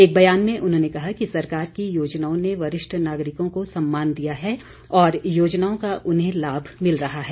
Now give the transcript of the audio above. एक ब्यान में उन्होंने कहा कि सरकार की योजनाओं ने वरिष्ठ नागरिकों को सम्मान दिया है और योजनाओं का उन्हें लाभ मिल रहा है